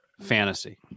Fantasy